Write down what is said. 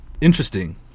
Interesting